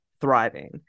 thriving